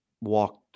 walked